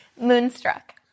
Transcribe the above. Moonstruck